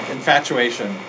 Infatuation